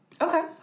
Okay